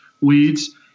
weeds